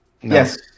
Yes